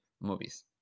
movies